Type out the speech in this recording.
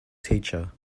teacher